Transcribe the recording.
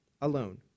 alone